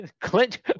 Clint